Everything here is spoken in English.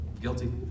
Guilty